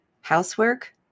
Housework